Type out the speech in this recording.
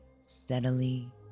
steadily